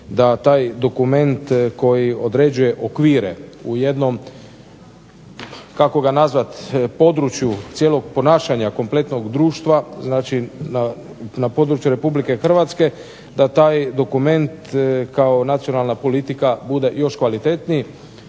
da taj dokument koji određuje okvire u jednom kako ga nazvati području cijelog ponašanja kompletnog društva na području RH da taj dokument kao nacionalna politika bude još kvalitetniji